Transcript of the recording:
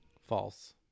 False